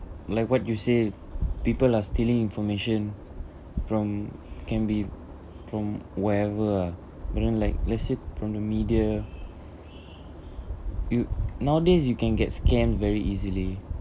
like what you say people are stealing information from can be from wherever ah but then like let's say from the media you nowadays you can get scammed very easily